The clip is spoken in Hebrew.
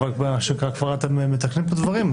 אתם מתקנים את הדברים,